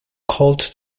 called